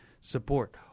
support